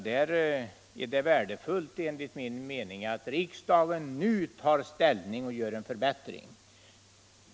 Därför är det enligt min mening värdefullt att riksdagen nu tar ställning och beslutar om en förbättring.